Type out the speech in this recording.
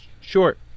short